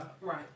Right